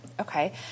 Okay